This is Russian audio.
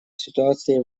ситуации